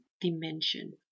dimension